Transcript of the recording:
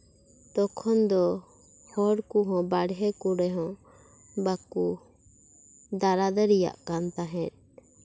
ᱛᱚᱠᱷᱚᱱ ᱫᱚ ᱦᱚᱲ ᱠᱚᱦᱚᱸ ᱵᱟᱨᱦᱮ ᱠᱚᱨᱮ ᱦᱚᱸ ᱵᱟᱠᱚ ᱫᱟᱬᱟ ᱫᱟᱲᱮᱭᱟᱜ ᱠᱟᱱ ᱛᱟᱦᱮᱸᱫ